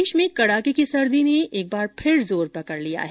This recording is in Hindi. प्रदेश में कड़ाके की सर्दी ने फिर जोर पकड़ लिया है